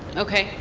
okay.